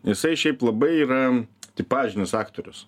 jisai šiaip labai yra tipažinis aktorius